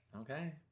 okay